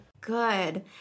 good